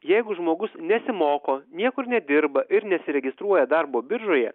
jeigu žmogus nesimoko niekur nedirba ir nesiregistruoja darbo biržoje